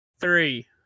Three